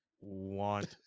want